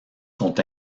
sont